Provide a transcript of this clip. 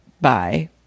Bye